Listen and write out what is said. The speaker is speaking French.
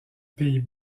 pays